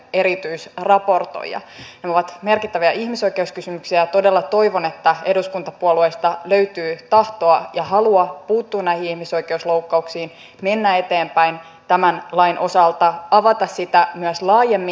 nämä ovat merkittäviä ihmisoikeuskysymyksiä ja todella toivon että eduskuntapuolueista löytyy tahtoa ja halua puuttua näihin ihmisoikeusloukkauksiin mennä eteenpäin tämän lain osalta avata sitä myös laajemmin